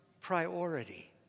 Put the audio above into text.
priority